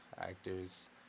actors